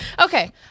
Okay